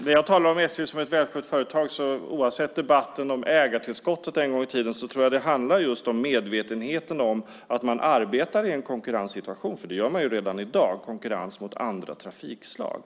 När jag talar om SJ som ett välskött företag tror jag att det, oavsett debatten om ägartillskottet en gång i tiden, handlar just om medvetenheten om att man arbetar i en konkurrenssituation. Det gör man ju redan i dag, konkurrens med andra trafikslag.